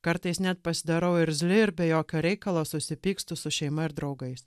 kartais net pasidarau irzli ir be jokio reikalo susipykstu su šeima ir draugais